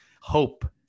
hope